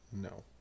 No